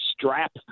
strap